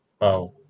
Wow